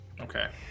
Okay